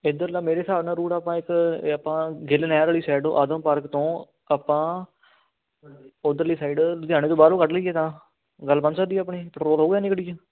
ਇੱਧਰਲਾ ਮੇਰੇ ਹਿਸਾਬ ਨਾਲ ਰੋਡ ਆਪਾਂ ਇੱਕ ਆਪਾਂ ਗਿੱਲ ਨਹਿਰ ਆਲੀ ਸਾਇਡ ਆਤਮ ਪਾਰਕ ਤੋਂ ਆਪਾਂ ਉੱਧਰਲੀ ਸਾਈਡ ਲੁਧਿਆਣੇ ਤੋਂ ਬਾਹਰੋਂ ਕੱਢ ਲਈਏ ਤਾਂ ਗੱਲ ਬਣ ਸਕਦੀ ਆ ਆਪਣੀ ਪੈਟਰੋਲ ਹੋਵੇਗਾ ਇੰਨਾਂ ਗੱਡੀ 'ਚ